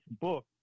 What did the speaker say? book